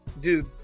dude